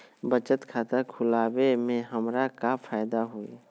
बचत खाता खुला वे में हमरा का फायदा हुई?